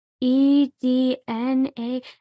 E-D-N-A